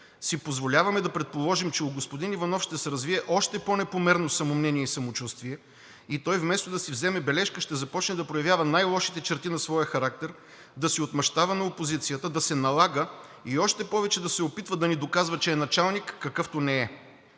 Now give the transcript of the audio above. си позволяваме да предположим, че у господин Иванов ще се развие още по-непомерно самомнение и самочувствие и той, вместо да си вземе бележка, ще започне да проявява най лошите черти на своя характер – да си отмъщава на опозицията, да се налага и още повече да се опитва да ни доказва, че е началник, какъвто не е.